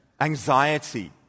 anxiety